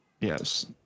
Yes